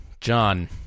John